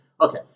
Okay